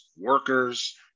workers